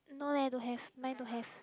no leh don't have mine don't have